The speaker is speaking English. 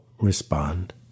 respond